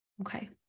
Okay